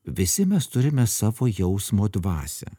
visi mes turime savo jausmo dvasią